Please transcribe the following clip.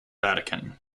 vatican